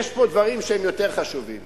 יש פה דברים שהם יותר חשובים.